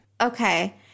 Okay